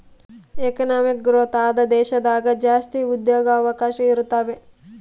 economic growth ಆದ ದೇಶದಾಗ ಜಾಸ್ತಿ ಉದ್ಯೋಗವಕಾಶ ಇರುತಾವೆ